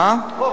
שומעים.